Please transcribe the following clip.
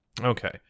Okay